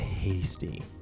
tasty